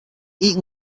eton